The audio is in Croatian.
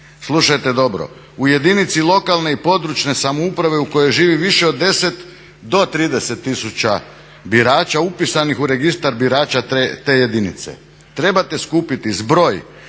slušajte dobro u jedinici lokalne i područne samouprave u kojoj živi više od 10 do 30 tisuća birača upisanih u registar birača te jedinice. Trebate skupiti zbroj